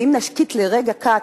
ואם נשקיט לרגע קט,